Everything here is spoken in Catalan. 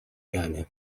gana